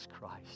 christ